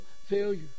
failure